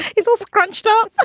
it's all scrunched up